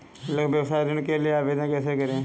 लघु व्यवसाय ऋण के लिए आवेदन कैसे करें?